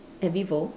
at vivo